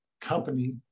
company